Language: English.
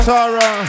Tara